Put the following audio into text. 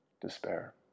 despair